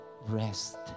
rest